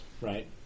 right